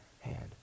hand